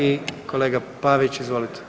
I kolega Pavić, izvolite.